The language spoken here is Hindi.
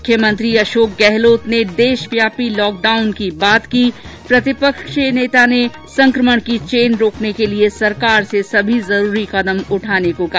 मुख्यमंत्री अशोक गहलोत ने देशव्यापी लॉकडाउन की बात की प्रतिपक्ष के नेता ने संक्रमण की चेन तोड़ने के लिये सरकार से सभी जरूरी कदम उठाने को कहा